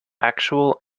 actual